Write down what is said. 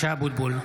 (קורא בשמות חברי הכנסת) משה אבוטבול,